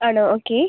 ആണോ ഓക്കേ